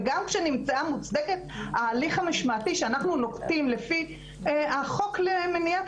וגם כשנמצאה מוצדקת ההליך המשמעתי שאנחנו נוקטים לפי החוק למניעת